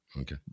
Okay